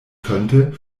könnte